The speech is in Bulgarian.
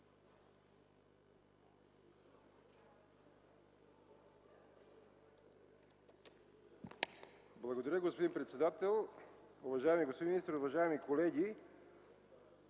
Уважаеми господин председател, уважаеми господин министър, уважаеми колеги!